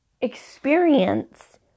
experience